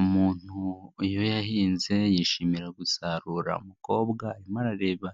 Umuntu iyo yahinze yishimira gusarura, umukobwa arimo arareba